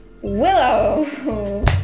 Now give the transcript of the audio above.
Willow